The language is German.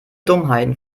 dummheiten